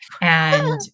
And-